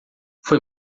foi